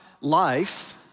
life